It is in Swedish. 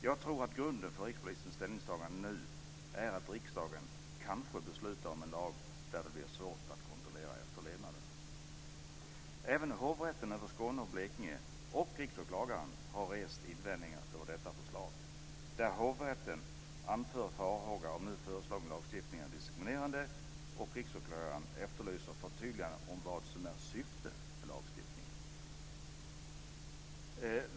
Jag tror att grunden för Rikspolisens ställningstagande nu är att riksdagen kanske beslutar om en lag där det blir svårt att kontrollera efterlevnaden. Riksåklagaren har rest invändningar mot detta förslag. Hovrätten anför farhågan att nu föreslagna lagstiftning är diskriminerande, och Riksåklagaren efterlyser förtydligande om vad som är syftet med lagstiftningen.